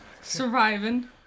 Surviving